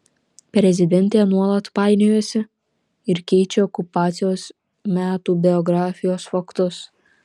prezidentė nuolat painiojasi ir keičia okupacijos metų biografijos faktus